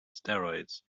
steroids